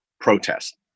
protest